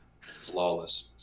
Flawless